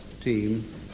team